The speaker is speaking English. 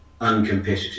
uncompetitive